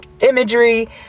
imagery